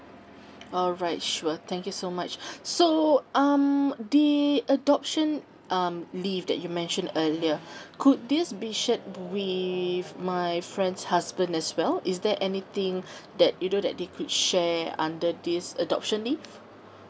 alright sure thank you so much so um the adoption um leave that you mentioned earlier could this be shared with my friend's husband as well is there anything that you know that they could share under this adoption leave